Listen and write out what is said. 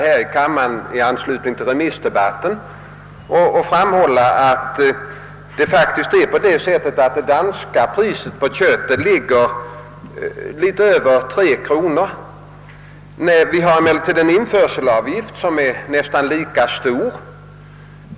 I anslutning till remissdebatten hade jag anledning att i denna kammare framhålla att det danska priset på kött ligger något över 3 kronor. Vi har emellertid en införselavgift som är nästan lika stor.